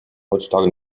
heutzutage